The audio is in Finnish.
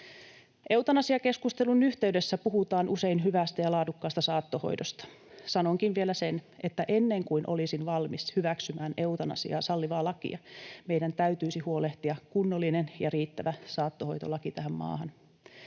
Eutanasiakeskustelun yhteydessä puhutaan usein hyvästä ja laadukkaasta saattohoidosta. Sanonkin vielä sen, että ennen kuin olisin valmis hyväksymään eutanasiaa sallivaa lakia, meidän täytyisi huolehtia kunnollinen ja riittävä saattohoitolaki tähän maahan.